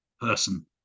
person